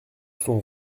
son